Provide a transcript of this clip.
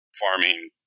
farming